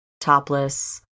topless